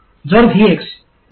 जर Vx - 0